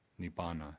nibbana